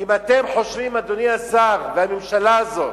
אם אתם חושבים, אדוני השר, והממשלה הזאת,